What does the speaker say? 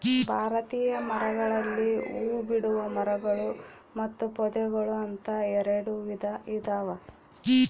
ಭಾರತೀಯ ಮರಗಳಲ್ಲಿ ಹೂಬಿಡುವ ಮರಗಳು ಮತ್ತು ಪೊದೆಗಳು ಅಂತ ಎರೆಡು ವಿಧ ಇದಾವ